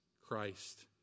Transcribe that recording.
Christ